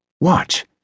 Watch